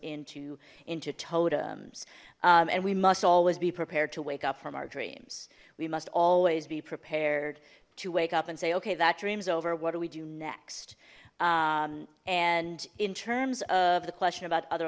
into into totems and we must always be prepared to wake up from our dreams we must always be prepared to wake up and say okay that dream is over what do we do next and in terms of the question about other